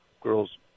girls